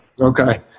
Okay